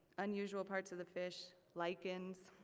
unusual parts of the fish, lichens.